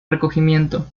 recogimiento